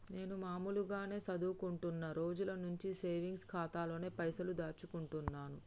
నేను మామూలుగానే చదువుకుంటున్న రోజుల నుంచి సేవింగ్స్ ఖాతాలోనే పైసలు దాచుకుంటున్నాను